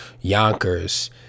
Yonkers